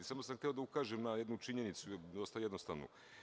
Samo sam hteo da ukažem na jednu činjenicu dosta jednostavnu.